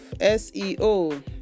seo